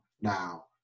now